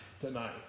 tonight